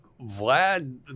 Vlad